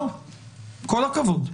כל הכבוד,